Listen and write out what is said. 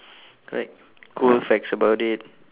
like cool facts about it